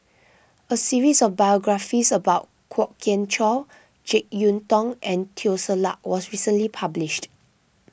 a series of biographies about Kwok Kian Chow Jek Yeun Thong and Teo Ser Luck was recently published